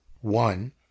One